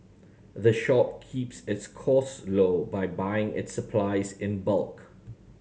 the shop keeps its costs low by buying its supplies in bulk